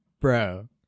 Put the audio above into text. Bro